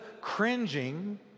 cringing